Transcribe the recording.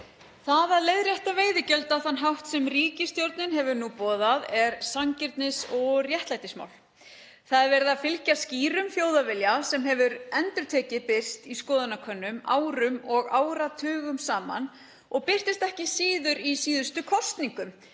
Það að leiðrétta veiðigjöld á þann hátt sem ríkisstjórnin hefur nú boðað er sanngirnis- og réttlætismál. Það er verið að fylgja skýrum þjóðarvilja sem hefur endurtekið birst í skoðanakönnunum árum og áratugum saman og birtist ekki síður í síðustu kosningum